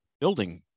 building